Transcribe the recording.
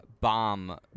bomb